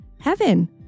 Heaven